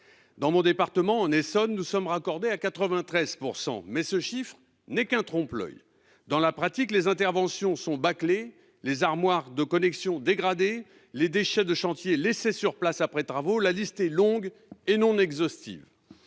Dans mon département, en Essonne, nous sommes raccordés à 93 %, mais ce chiffre n'est qu'un trompe-l'oeil. Dans la pratique, les interventions sont bâclées, les armoires de connexions dégradées, les déchets de chantiers laissés sur place après travaux, etc. La liste est longue, et non exhaustive.